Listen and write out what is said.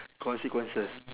consequences